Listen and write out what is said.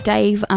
Dave